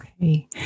Okay